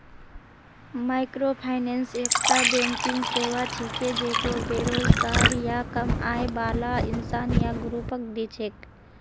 microfinance एकता banking सेवा छिके जेको बेरोजगार या कम आय बाला इंसान या ग्रुपक दी छेक